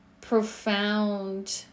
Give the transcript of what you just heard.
profound